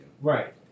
Right